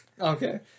Okay